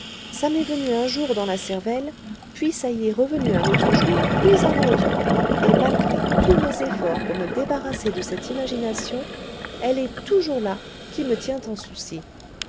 ça m'est venu un jour dans la cervelle puis ça y est revenu un autre jour puis un autre et malgré tous mes efforts pour me débarrasser de cette imagination elle est toujours là qui me tient en souci